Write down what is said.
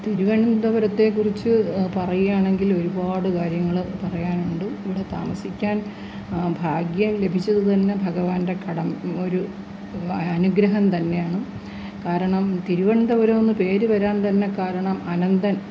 തിരുവനന്തപുരത്തെക്കുറിച്ച് പറയുകയാണെങ്കില് ഒരുപാട് കാര്യങ്ങള് പറയുവാനുണ്ട് ഇവിടെ താമസിക്കാൻ ഭാഗ്യം ലഭിച്ചതുതന്നെ ഭഗവാൻ്റെ ഒരു അനുഗ്രഹം തന്നെയാണ് കാരണം തിരുവനന്തപുരമെന്ന് പേര് വരാൻതന്നെ കാരണം അനന്തൻ